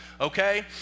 Okay